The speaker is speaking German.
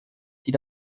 die